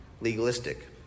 legalistic